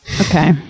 okay